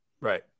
Right